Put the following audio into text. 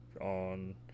on